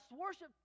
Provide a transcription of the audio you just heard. worship